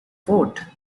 vote